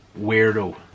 weirdo